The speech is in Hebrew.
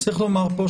לאר רק